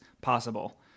possible